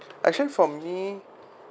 actually for me